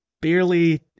barely